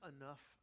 Enough